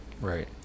Right